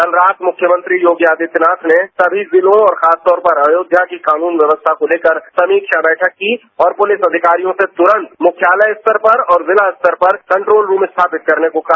कल रात मुख्यमंत्री योगी आदित्यनाथ ने सभी जिलों और खासतौर पर अयोध्या की कानून व्यवस्था को लेकर समीक्षा बैठक की और पुलिस अधिकारियों से तुरंत मुख्यालय स्तर पर और जिला स्तर पर कंट्रोल रूम स्थापित करने को कहा